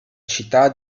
città